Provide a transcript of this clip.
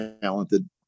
talented